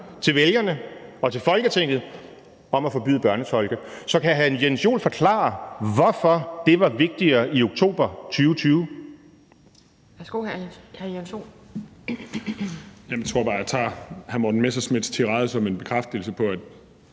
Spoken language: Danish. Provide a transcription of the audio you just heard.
til vælgerne og til Folketinget om at forbyde børnetolke. Så kan hr. Jens Joel forklare, hvorfor det var vigtigere i oktober 2020?